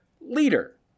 leader